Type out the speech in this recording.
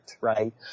right